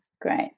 Great